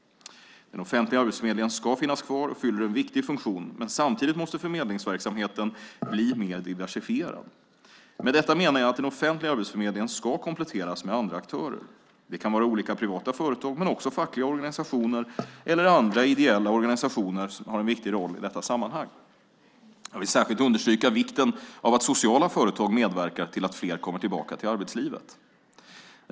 Den offentliga arbetsförmedlingen ska finnas kvar och fyller en viktig funktion, men samtidigt måste förmedlingsverksamheten bli mer diversifierad. Med detta menar jag att den offentliga arbetsförmedlingen ska kompletteras med andra aktörer. Det kan vara olika privata företag men också fackliga organisationer eller andra ideella organisationer har en viktig roll i detta sammanhang. Jag vill särskilt understryka vikten av att sociala företag medverkar till att fler kommer tillbaka till arbetslivet.